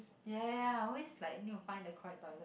ya ya ya always like need to find the correct toilet